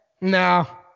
no